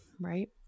right